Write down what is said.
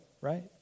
right